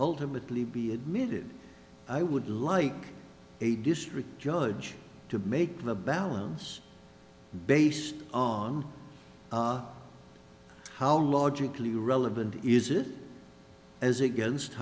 ultimately be admitted i would like a district judge to make the balance based on how logically relevant is it as against